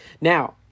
Now